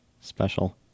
special